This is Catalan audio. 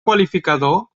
qualificador